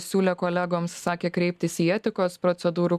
siūlė kolegoms sakė kreiptis į etikos procedūrų